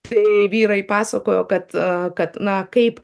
tai vyrai pasakojo kad kad na kaip